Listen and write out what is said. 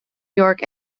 york